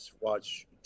watch